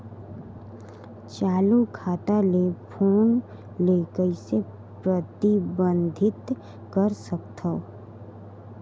चालू खाता ले फोन ले कइसे प्रतिबंधित कर सकथव?